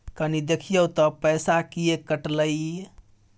कनी देखियौ त पैसा किये कटले इ?